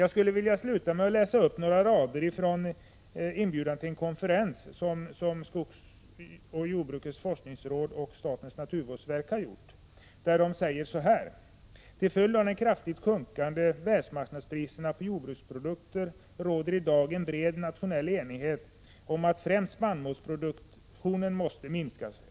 Jag skulle vilja avsluta med att läsa upp några rader från en inbjudan till en konferens anordnad av skogsoch jordbrukets forskningsråd och statens naturvårdsverk: ”Till följd av kraftigt sjunkande världsmarknadspriser på jordbruksprodukter råder i dag en bred nationell enighet om att främst spannmålsproduktionen måste minskas.